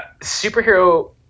superhero